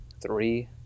three